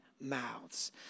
mouths